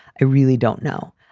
i really don't know.